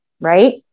right